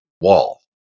wall